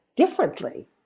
differently